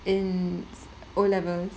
in O levels